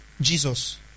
Jesus